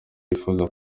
yifuza